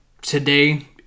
Today